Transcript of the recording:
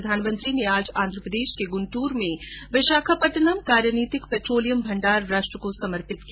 प्रधानमंत्री ने आज आंध्रप्रदेश के गुंदूर में विशाखापट्टनम कार्यनीतिक पेट्रोलियम भंडार राष्ट्र को समर्पित किया